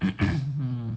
mm